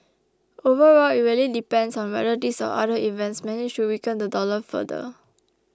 overall it really depends on whether these or other events manage to weaken the dollar further